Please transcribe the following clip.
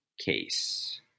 case